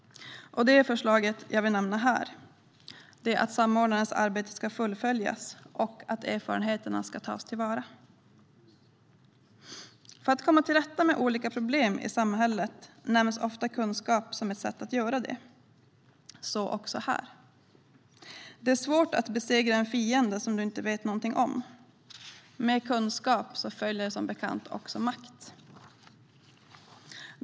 Det förslag jag vill nämna här är att samordnarens arbete ska fullföljas och att erfarenheterna ska tas till vara. Kunskap nämns ofta som ett sätt att komma till rätta med olika problem i samhället - så också här. Det är svårt att besegra en fiende som man inte vet någonting om. Med kunskap följer som bekant också makt.